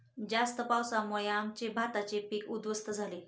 जास्त पावसामुळे आमचे भाताचे पीक उध्वस्त झाले